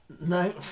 No